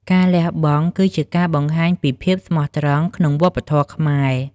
ការលះបង់គឺជាការបង្ហាញពីភាពស្មោះត្រង់ក្នុងវប្បធម៌ខ្មែរ។